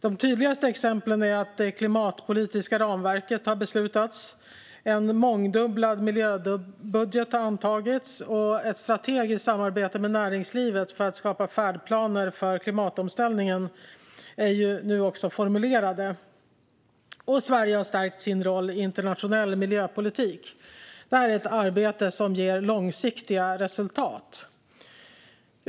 De tydligaste exemplen är att det klimatpolitiska ramverket har beslutats, att en mångdubblad miljöbudget har antagits och att ett strategiskt samarbete med näringslivet för att skapa färdplaner för klimatomställningen formulerats. Sverige har stärkt sin roll i internationell miljöpolitik. Det här är ett arbete som ger långsiktiga resultat.